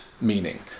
meaning